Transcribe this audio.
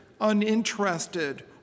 uninterested